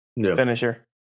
finisher